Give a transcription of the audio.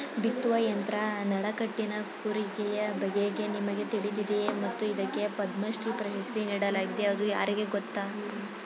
ಬಿತ್ತುವ ಯಂತ್ರ ನಡಕಟ್ಟಿನ ಕೂರಿಗೆಯ ಬಗೆಗೆ ನಿಮಗೆ ತಿಳಿದಿದೆಯೇ ಮತ್ತು ಇದಕ್ಕೆ ಪದ್ಮಶ್ರೀ ಪ್ರಶಸ್ತಿ ನೀಡಲಾಗಿದೆ ಅದು ಯಾರಿಗೆ ಗೊತ್ತ?